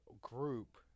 group